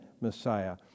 messiah